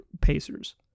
Pacers